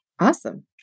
Awesome